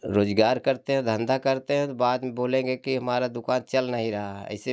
रोजगार करते हैं धंधा करते हैं तो बाद में बोलेंगे कि हमारा दुकान चल नहीं रहा है ऐसे व्यवहार करते हैं लोग